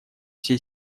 все